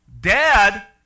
Dad